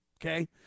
Okay